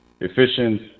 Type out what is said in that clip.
efficient